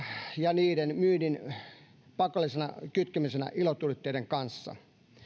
ja kytkemällä niiden myynnin pakolliseksi ilotulitteiden kanssa